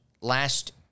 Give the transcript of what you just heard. last